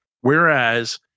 whereas